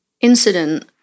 incident